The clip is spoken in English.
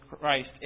Christ